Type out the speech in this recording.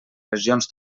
regions